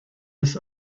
his